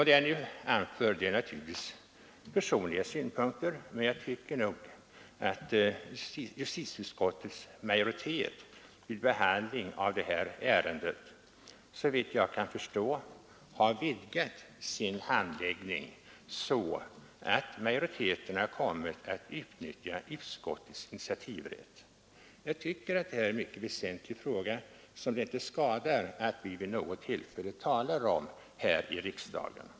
Det jag nu anför är naturligtvis personliga synpunkter, men såvitt jag kan förstå har justitieutskottets majoritet vid behandlingen av detta ärende vidgat sin handläggning så att majoriteten har kommit att utnyttja utskottets initiativrätt. Jag tycker att detta är en mycket väsentlig fråga, och det skadar inte att vi vid något tillfälle talar om den här i riksdagen.